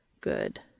Good